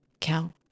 Count